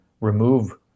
remove